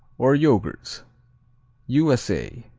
or yogurt u s a.